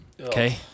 Okay